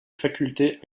facultés